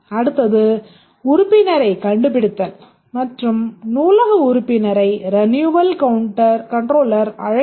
அடுத்தது உறுப்பினரரைக் கண்டு பிடித்தல் மற்றும் நூலக உறுப்பினரை ரின்யுவல் கன்ட்ரோலர் அழைக்கும்